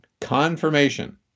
Confirmation